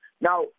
Now